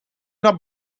naar